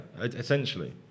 essentially